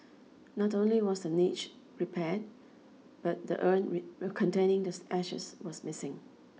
not only was the niche repaired but the urn containing this ashes was missing